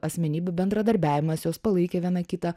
asmenybių bendradarbiavimas jos palaikė viena kitą